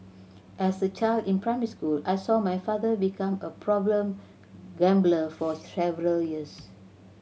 as a child in primary school I saw my father become a problem gambler for several years